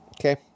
Okay